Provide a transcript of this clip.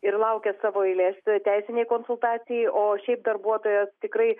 ir laukia savo eilės teisinei konsultacijai o šiaip darbuotojos tikrai